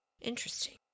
Interesting